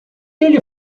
ele